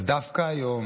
אז דווקא היום